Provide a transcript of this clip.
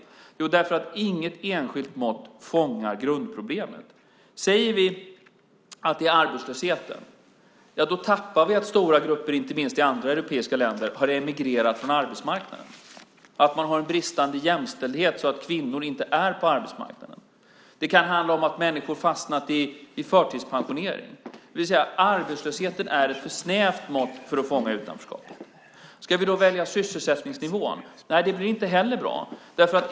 Ja, därför att inget enskilt mått fångar grundproblemet. Säger vi att det är arbetslösheten tappar vi att stora grupper, inte minst från andra europeiska länder, har emigrerat från arbetsmarknad, att man har en bristande jämställdhet så att kvinnor inte är på arbetsmarknaden. Det kan handla om att människor fastnat i förtidspensionering. Arbetslösheten är ett för snävt mått för att fånga utanförskapet. Ska vi välja sysselsättningsnivån? Nej, det blir inte heller bra.